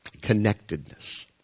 Connectedness